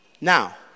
Now